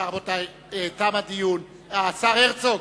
השר הרצוג,